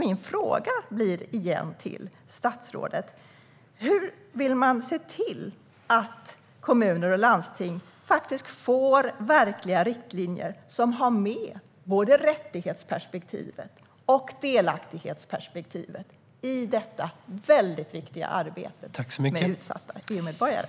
Min fråga till statsrådet är återigen: Hur vill man se till att kommuner och landsting får verkliga riktlinjer som har med både rättighetsperspektivet och delaktighetsperspektivet i det väldigt viktiga arbetet med utsatta EU-medborgare?